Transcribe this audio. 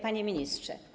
Panie Ministrze!